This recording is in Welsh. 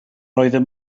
oeddem